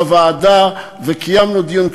בוועדה וקיימנו דיון.